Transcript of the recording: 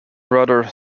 brother